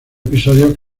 episodios